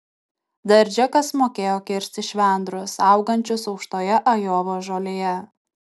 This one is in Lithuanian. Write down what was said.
dar džekas mokėjo kirsti švendrus augančius aukštoje ajovos žolėje